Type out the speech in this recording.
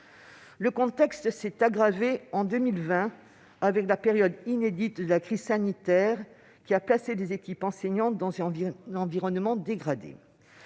Le contexte s'est aggravé en 2020 avec la période inédite de la crise sanitaire, qui a placé les équipes enseignantes dans un environnement dégradé.